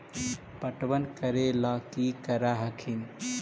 पटबन करे ला की कर हखिन?